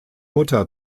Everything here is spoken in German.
mutter